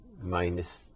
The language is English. Minus